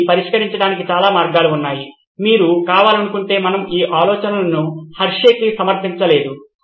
దీన్ని పరిష్కరించడానికి చాలా మార్గాలు ఉన్నాయి మీరు కావాలనుకుంటే మనము ఈ ఆలోచనలను హెర్షేకి సమర్పించలేదు